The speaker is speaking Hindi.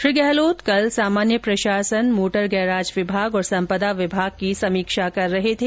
श्री गहलोत कल सामान्य प्रशासन मोटर गैराज विभाग और सम्पदा विभाग की समीक्षा कर रहे थे